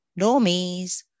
normies